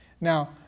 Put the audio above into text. now